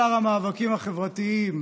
שר המאבקים החברתיים.